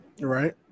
Right